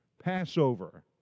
Passover